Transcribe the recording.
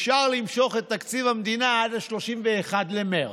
אפשר למשוך את תקציב המדינה עד ל-31 במרץ,